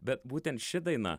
bet būtent ši daina